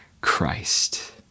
Christ